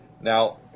Now